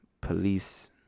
Police